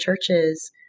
churches